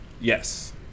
Yes